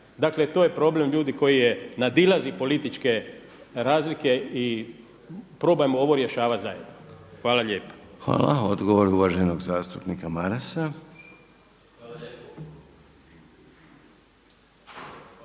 Dakle, to je problem ljudi koji nadilazi političke razlike i probajmo ovo rješavat zajedno. Hvala lijepa. **Reiner, Željko (HDZ)** Hvala. Odgovor uvaženog zastupnika Marasa. **Maras,